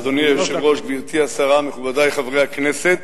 אדוני היושב-ראש, גברתי השרה, מכובדי חברי הכנסת,